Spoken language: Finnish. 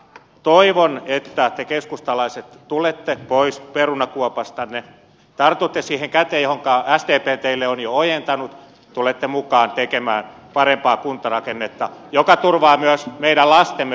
toivon että te keskustalaiset tulette pois perunakuopastanne tartutte siihen käteen jonka sdp teille on jo ojentanut tulette mukaan tekemään parempaa kuntarakennetta joka turvaa myös meidän lastemme palvelut tulevaisuudessa